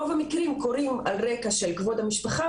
רוב המקרים קורים על רקע של כבוד המשפחה,